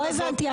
לא הבנתי.